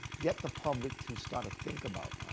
get the public to start to think about.